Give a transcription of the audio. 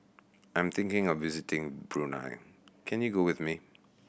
I am thinking of visiting Brunei can you go with me